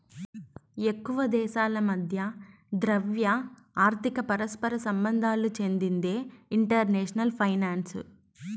ఎక్కువ దేశాల మధ్య ద్రవ్య, ఆర్థిక పరస్పర సంబంధాలకు చెందిందే ఇంటర్నేషనల్ ఫైనాన్సు